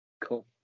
Cool